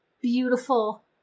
beautiful